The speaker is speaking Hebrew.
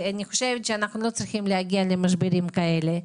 אנחנו לא צריכים להגיע למשברים כאלה.